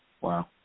Wow